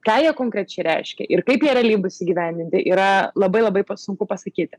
ką jie konkrečiai reiškia ir kaip jie realiai bus įgyvendinti yra labai labai sunku pasakyti